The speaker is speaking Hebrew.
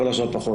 כל השאר פחות.